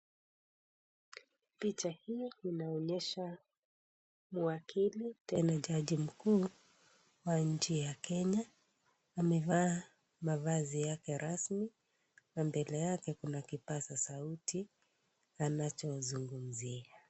Picha hii inaonyesha mwakili tena jaji mkuu wa nchi ya Kenya, amevaa mavazi yake rasmi na mbele yake kuna kipaza sauti anachozungumzia.